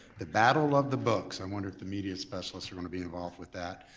the battle of the books, i wonder if the media specialists are gonna be involved with that,